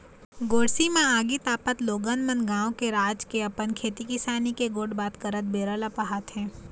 गोरसी म आगी तापत लोगन मन गाँव के, राज के, अपन खेती किसानी के गोठ बात करत बेरा ल पहाथे